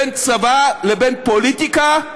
בין צבא לבין פוליטיקה,